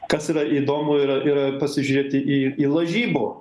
kas yra įdomu yra yra pasižiūrėti į į lažybų